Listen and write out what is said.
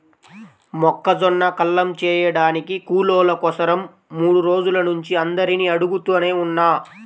మొక్కజొన్న కల్లం చేయడానికి కూలోళ్ళ కోసరం మూడు రోజుల నుంచి అందరినీ అడుగుతనే ఉన్నా